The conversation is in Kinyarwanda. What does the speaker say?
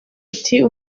ati